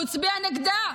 הוא הצביע נגדה.